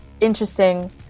interesting